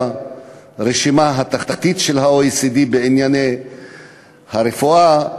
בתחתית הרשימה של ה-OECD בענייני הרפואה,